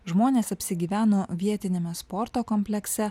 žmonės apsigyveno vietiniame sporto komplekse